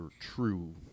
true